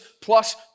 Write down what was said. plus